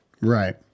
Right